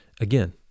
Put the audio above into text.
again